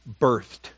birthed